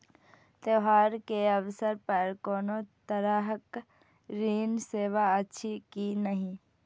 त्योहार के अवसर पर कोनो तरहक ऋण सेवा अछि कि नहिं?